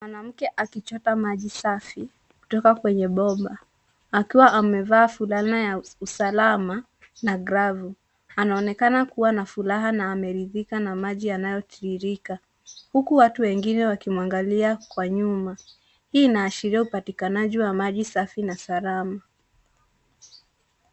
Mwanamke akichota maji safi kutoka kwenye bomba akiwa amevaa fulana ya usalama na glavu. Anaonekana kuwa na furaha na ameridhika na maji yanayotiririka huku watu wengine wakimwangalia kwa nyuma. Hii inaashiria upatikanaji wa maji safi na salama.